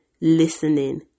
listening